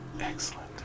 Excellent